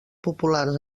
populars